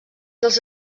dels